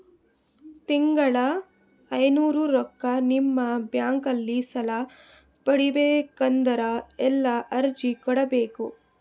ತಿಂಗಳ ಐನೂರು ರೊಕ್ಕ ನಿಮ್ಮ ಬ್ಯಾಂಕ್ ಅಲ್ಲಿ ಸಾಲ ಪಡಿಬೇಕಂದರ ಎಲ್ಲ ಅರ್ಜಿ ಕೊಡಬೇಕು?